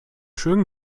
schön